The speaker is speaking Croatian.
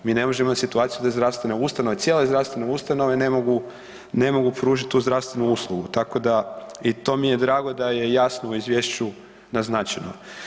Mi ne možemo imati situaciju da zdravstvene ustanove, cijele zdravstvene ustanove ne mogu pružiti tu zdravstvenu uslugu, tako da i to mi je drago da je jasno u izvješću naznačeno.